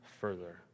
further